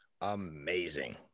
amazing